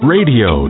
Radio